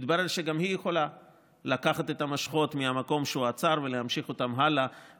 מתברר שגם היא יכולה לקחת את המושכות מהמקום שהוא עצר ולהמשיך איתן הלאה